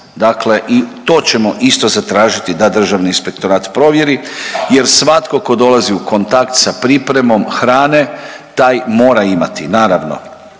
Dakle, i to ćemo isto zatražiti da Državni inspektorat provjeri jer svatko tko dolazi u kontakt sa pripremom hrane taj mora imati naravno